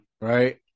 right